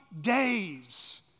days